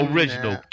Original